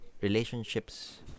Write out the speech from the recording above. relationships